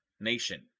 nation